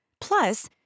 Plus